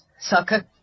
sucker